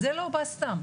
זה לא בא סתם.